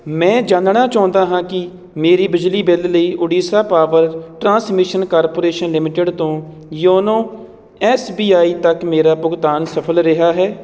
ਮੈਂ ਜਾਨਣਾ ਚਾਹੁੰਦਾ ਹਾਂ ਕਿ ਮੇਰੀ ਬਿਜਲੀ ਬਿੱਲ ਲਈ Odisha power transmission corporation limited YONO S B I ਆਈ ਤੱਕ ਮੇਰਾ ਭੁਗਤਾਨ ਸਫਲ ਰਿਹਾ ਹੈ